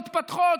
מתפתחות,